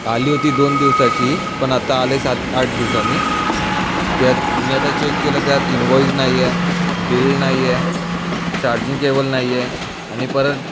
आली होती दोन दिवसाची पण आता आलं आहे सात आठ दिवसांनी त्यात मी आता चेक केलं त्यात इन्व्हॉईस नाही आहे बिल नाही आहे चार्जिंग केबल नाही आहे आणि परत